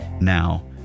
Now